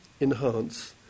enhance